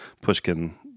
Pushkin